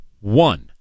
One